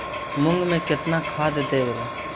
मुंग में केतना खाद देवे?